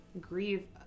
grieve